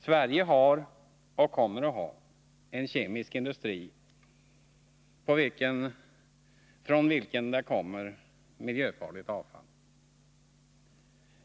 Sverige har och kommer att ha en kemisk industri från vilken det kommer miljöfarligt avfall.